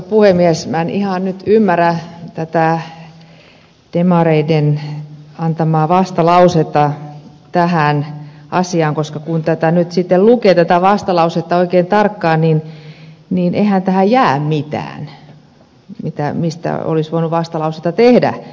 en ihan nyt ymmärrä tätä demareiden antamaa vastalausetta tähän asiaan koska kun tätä vastalausetta lukee oikein tarkkaan niin eihän tähän jää mitään mistä olisi voinut vastalausetta tehdä